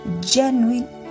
genuine